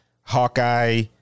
hawkeye